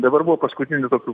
dabar buvo paskutinių tokių